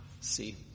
see